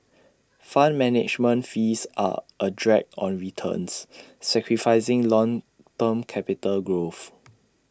fund management fees are A drag on returns sacrificing long term capital growth